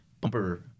bumper